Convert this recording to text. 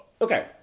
Okay